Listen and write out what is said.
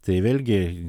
tai vėlgi